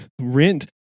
rent